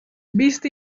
vist